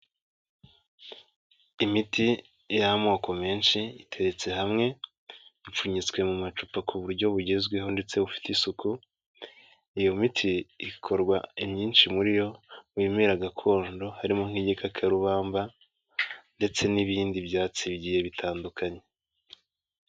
Imiti y'amoko menshi iteretse hamwe, ipfunyitswe mu macupa ku buryo bugezweho ndetse bufite isuku, iyo miti ikorwa imyinshi muri yo mu bimera gakondo, harimo nk'igikakarubamba ndetse n'ibindi byatsi bigiye bitandukanye.